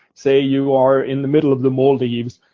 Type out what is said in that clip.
say, you are in the middle of the maldives,